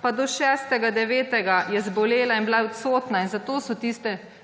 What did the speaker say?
pa do 6. 9. je zbolela in je bila odsotna, zato so